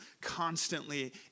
constantly